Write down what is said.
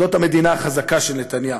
זאת המדינה החזקה של נתניהו.